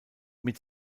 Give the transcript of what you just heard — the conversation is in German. mit